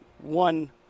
one